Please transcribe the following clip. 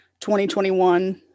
2021